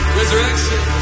resurrection